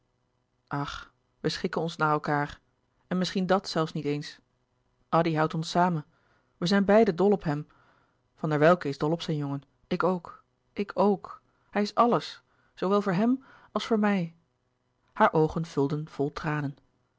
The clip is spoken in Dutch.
we schikken ons naar elkaâr en misschien dat zelfs niet eens addy houdt ons samen we zijn beiden dol op hem van der welcke is dol op zijn jongen ik ook ik ook hij is alles zoo wel voor hem als voor mij hare oogen vulden vol tranen